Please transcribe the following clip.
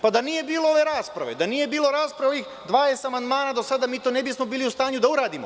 Da nije bilo ove rasprave, da nije bilo rasprave ovih 20 amandmana do sada, mi to ne bismo bili u stanju da uradimo.